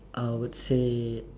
I would say